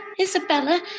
Isabella